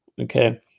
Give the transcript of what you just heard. Okay